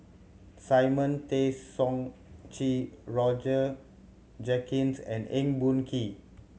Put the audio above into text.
Simon Tay Seong Chee Roger Jenkins and Eng Boh Kee